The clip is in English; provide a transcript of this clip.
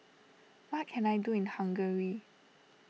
what can I do in Hungary